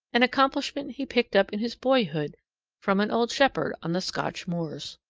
an accomplishment he picked up in his boyhood from an old shepherd on the scotch moors.